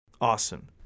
Awesome